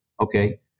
okay